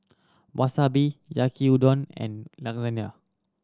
Wasabi Yaki Udon and